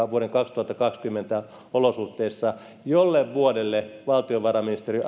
vuoden kaksituhattakaksikymmentä olosuhteissa tuolle vuodelle valtiovarainministeri